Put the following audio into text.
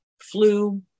flu